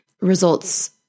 results